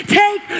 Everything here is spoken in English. take